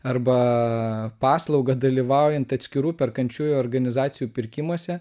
arba paslauga dalyvaujant atskirų perkančiųjų organizacijų pirkimuose